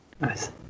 Nice